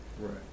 Right